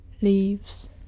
leaves